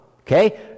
okay